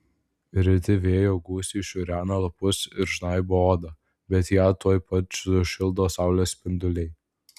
reti vėjo gūsiai šiurena lapus ir žnaibo odą bet ją tuoj pat sušildo saulės spinduliai